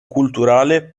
culturale